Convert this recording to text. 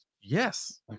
yes